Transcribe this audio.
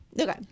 Okay